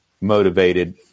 motivated